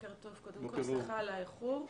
בוקר טוב קודם כל, סליחה על האיחור.